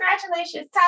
Congratulations